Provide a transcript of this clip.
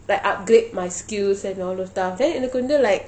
like upgrade my skills and all those stuff then எனக்கு வந்து:enakku vanthu like